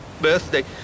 birthday